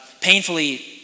painfully